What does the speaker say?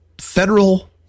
federal